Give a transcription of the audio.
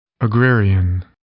Agrarian